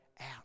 out